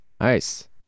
Nice